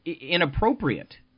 inappropriate